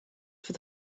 for